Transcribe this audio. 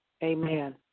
Amen